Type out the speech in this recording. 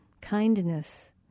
kindness